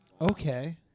Okay